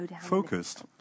focused